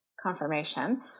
confirmation